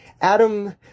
Adam